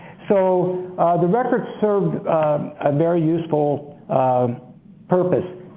so the records serve a very useful purpose.